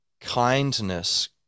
kindness